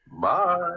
Bye